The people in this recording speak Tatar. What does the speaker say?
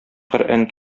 коръән